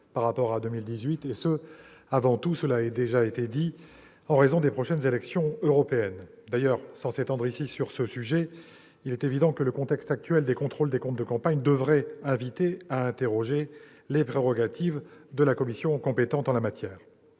par rapport à 2018, et ce avant tout en raison des prochaines élections européennes. D'ailleurs, sans m'étendre davantage sur le sujet, je soulignerai que le contexte actuel des contrôles des comptes de campagne devrait inviter à interroger les prérogatives de la commission compétente en la matière.